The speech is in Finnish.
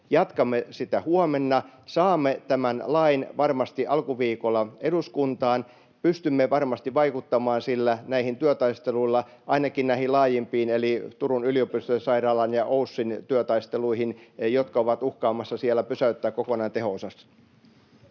jatkamme sitä huomenna. Saamme tämän lain varmasti alkuviikolla eduskuntaan. Pystymme varmasti vaikuttamaan sillä näihin työtaisteluihin, ainakin näihin laajimpiin eli Turun yliopistollisen sairaalan ja OYSin työtaisteluihin, jotka ovat uhkaamassa siellä pysäyttää kokonaan teho-osastot.